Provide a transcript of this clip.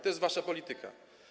To jest wasza polityka.